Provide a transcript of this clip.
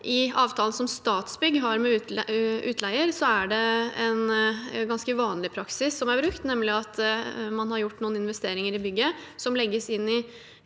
I avtalen Statsbygg har med utleier, er det en ganske vanlig praksis som er brukt, nemlig at man har gjort noen investeringer i bygget som legges inn i